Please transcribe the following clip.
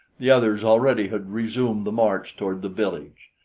the others already had resumed the march toward the village.